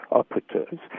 operators